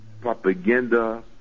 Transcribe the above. propaganda